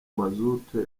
mazutu